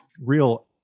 real